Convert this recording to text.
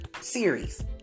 series